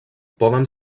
poden